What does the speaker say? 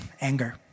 Anger